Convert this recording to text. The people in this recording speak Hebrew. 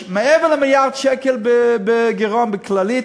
יש מעבר למיליארד שקל גירעון ב"כללית",